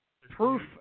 proof